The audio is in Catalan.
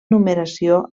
numeració